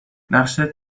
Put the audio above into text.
نقشت